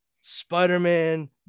Spider-Man